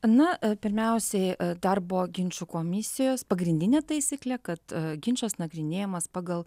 na pirmiausiai darbo ginčų komisijos pagrindinė taisyklė kad ginčas nagrinėjamas pagal